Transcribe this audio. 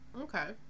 Okay